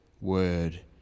word